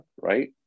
right